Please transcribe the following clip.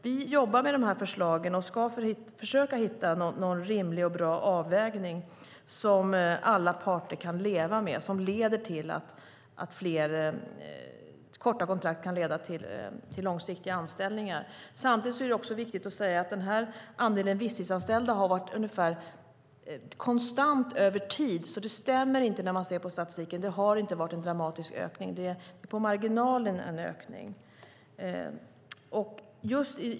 Vi jobbar med de här förslagen och ska försöka hitta en rimlig och bra avvägning som alla parter kan leva med och som leder till att fler korta kontrakt kan leda till långsiktiga anställningar. Samtidigt är det viktigt att säga att enligt statistiken har andelen visstidsanställda varit ganska konstant över tid, så det har inte varit en dramatisk ökning. Det är på marginalen en ökning.